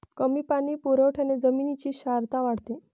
कमी पाणी पुरवठ्याने जमिनीची क्षारता वाढते